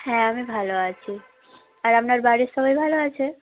হ্যাঁ আমি ভালো আছি আর আপনার বাড়ির সবাই ভালো আছে